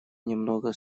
немного